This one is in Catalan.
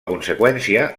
conseqüència